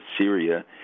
Syria